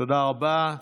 תודה רבה.